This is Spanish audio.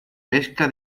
pesca